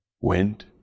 Wind